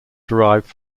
derived